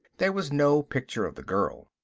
there was no picture of the girl.